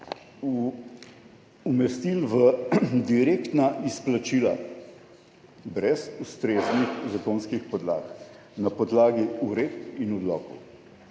umestili v direktna izplačila brez ustreznih zakonskih podlag na podlagi uredb in odlokov,